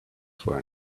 for